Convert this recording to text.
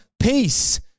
peace